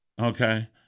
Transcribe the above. Okay